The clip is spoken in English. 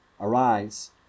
Arise